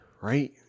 Right